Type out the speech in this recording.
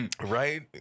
Right